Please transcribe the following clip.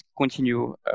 continue